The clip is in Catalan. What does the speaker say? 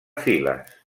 files